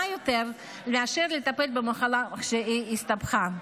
מאשר על הטיפול במחלה כשהיא הסתבכה.